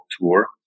tour